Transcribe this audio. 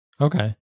Okay